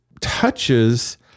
touches